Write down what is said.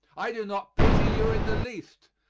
i do not pity you in the least.